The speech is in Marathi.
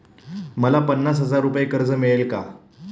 मला पन्नास हजार रुपये कर्ज मिळेल का?